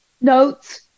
notes